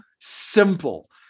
simple